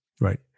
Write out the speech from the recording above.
Right